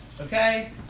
Okay